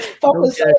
Focus